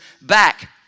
back